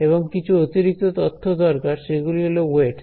এবং কিছু অতিরিক্ত তথ্য দরকার সেগুলো হলো ওয়েটস